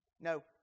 No